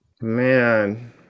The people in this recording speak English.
man